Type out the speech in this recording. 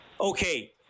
Okay